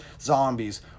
zombies